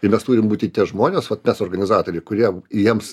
ir mes turim būti tie žmonės vat mes organizatoriai kurie jiems